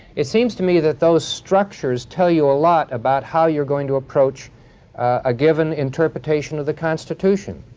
it seems to me that those structures tell you a lot about how you're going to approach a given interpretation of the constitution.